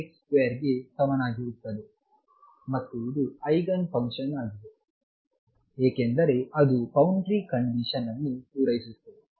ಮತ್ತು ಇದು eigen function ಆಗಿದೆ ಏಕೆಂದರೆ ಅದು ಬೌಂಡರಿ ಕಂಡೀಶನ್ಅನ್ನು ಪೂರೈಸುತ್ತದೆ